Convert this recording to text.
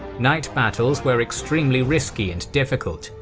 night battles were extremely risky and difficult,